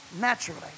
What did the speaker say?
naturally